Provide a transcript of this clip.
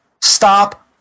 Stop